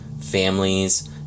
Families